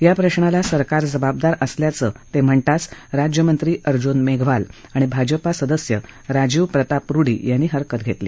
या प्रशाला सरकार जबाबदार असल्याचं ते म्हणताच राज्यमंत्री अर्जून मेघवाल आणि भाजपा सदस्य राजीव प्रताप रुडी यांनी हरकत घेतली